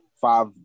Five